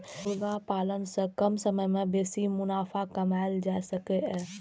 मुर्गी पालन सं कम समय मे बेसी मुनाफा कमाएल जा सकैए